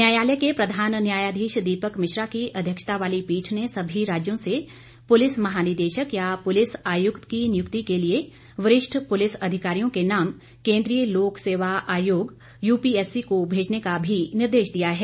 न्यायालय के प्रधान न्यायाधीश दीपक मिश्रा की अध्यक्षता वाली पीठ ने सभी राज्यों से पुलिस महानिदेशक या पुलिस आयुक्त की नियुक्ति के लिए वरिष्ठ पुलिस अधिकारियों के नाम केन्द्रीय लोक सेवा आयोग यूपीएससी को भेजने का भी निर्देश दिया है